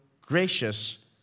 gracious